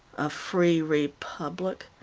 a free republic!